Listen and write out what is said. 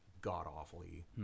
god-awfully